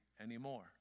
anymore